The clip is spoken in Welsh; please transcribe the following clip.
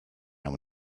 awn